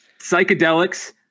psychedelics